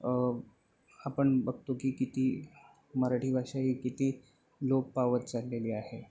आपण बघतो की किती मराठी भाषा ही किती लोप पावत चाललेली आहे